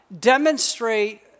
demonstrate